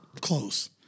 close